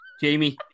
Jamie